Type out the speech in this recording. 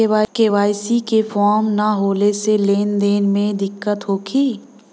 KYC के form न होले से लेन देन में दिक्कत होखी?